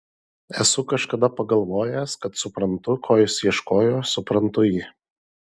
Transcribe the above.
esu kažkada pagalvojęs kad suprantu ko jis ieškojo suprantu jį